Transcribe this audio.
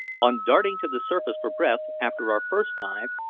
on darting to the surface for breath after our first dive,